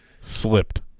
slipped